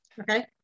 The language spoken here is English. Okay